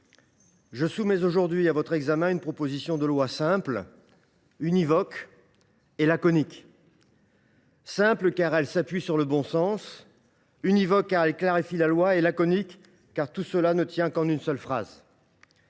je soumets aujourd’hui à votre examen une proposition de loi simple, univoque et laconique. Simple, car elle s’appuie sur le bon sens. Univoque, car elle clarifie la loi. Laconique, enfin, car elle tient en une seule phrase.